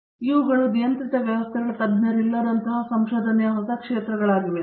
ಆದ್ದರಿಂದ ಇವುಗಳು ನಿಯಂತ್ರಿತ ವ್ಯವಸ್ಥೆಗಳ ತಜ್ಞರಿಲ್ಲದಂತಹ ಸಂಶೋಧನೆಯ ಹೊಸ ಕ್ಷೇತ್ರಗಳಾಗಿವೆ